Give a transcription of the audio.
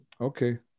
Okay